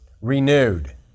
Renewed